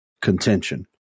contention